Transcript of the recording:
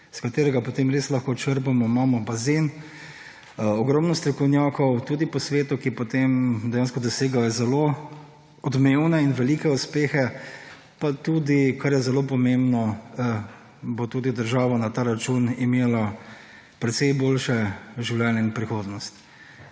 katerega potem res lahko črpamo, imamo bazen, ogromno strokovnjakov, tudi po svetu, ki potem dejansko dosegajo zelo odmevne in velike uspehe, pa tudi kar je zelo pomembno bo tudi država na ta račun imela precej boljše življenje in prihodnost.